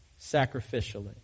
sacrificially